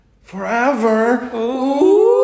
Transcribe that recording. forever